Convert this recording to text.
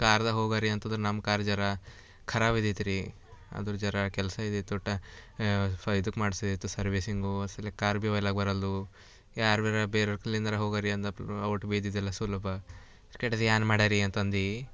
ಕಾರ್ದಾಗೆ ಹೋಗಾರಿ ಅಂತದ್ರೆ ನಮ್ಮ ಕಾರ್ ಜರಾ ಖರಾಬಿದಿತ್ತುರಿ ಆದರು ಜರ ಕೆಲಸಯಿದೀತು ಟ ಇದ್ಕೆ ಮಾಡ್ಸೋದಿತ್ತು ಸರ್ವಿಸ್ಸಿಂಗು ಅಸಲಿ ಕಾರ್ ಭಿ ವೈಲಾಗ ಬರಲ್ಲದು ಯಾರು ಭಿ ಅರ ಬೇರೊರ ಕೈಲಿಂದರ ಹೋಗರಿ ಅಂದ ಒಟ್ಟು ಭಿ ಇದಿದಿಲ್ಲ ಸುಲಭ ಕಟ್ದಿ ಏನ್ ಮಾಡರಿ ಅಂತಂದು